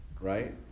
right